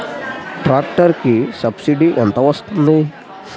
Tractor కి subsidy ఎంత వస్తుంది?